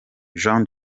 jean